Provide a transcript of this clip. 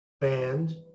band